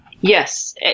Yes